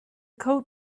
coat